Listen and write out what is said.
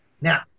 Now